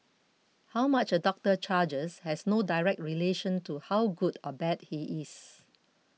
how much a doctor charges has no direct relation to how good or bad he is